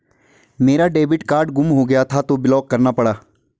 मेरा debit card गुम हो गया था तो ब्लॉक करना पड़ा